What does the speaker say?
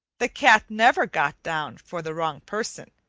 the cat never got down for the wrong person,